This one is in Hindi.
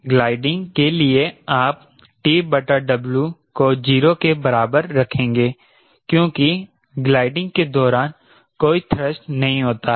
ग्लाइडिंग के लिए आप TW को 0 के बराबर रखेंगे क्योंकि ग्लाइडिंग के दौरान कोई थ्रस्ट नहीं होता है